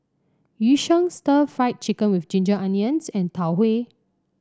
Yu Sheng Stir Fried Chicken with Ginger Onions and Tau Huay